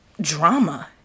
drama